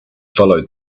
followed